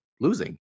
losing